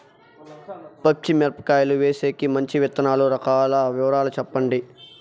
పచ్చి మిరపకాయలు వేసేకి మంచి విత్తనాలు రకాల వివరాలు చెప్పండి?